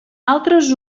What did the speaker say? altres